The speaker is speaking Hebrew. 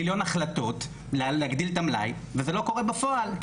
מיליון החלטות להגדיל את המלאי וזה לא קורה בפועל.